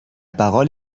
parole